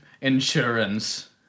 insurance